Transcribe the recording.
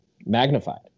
magnified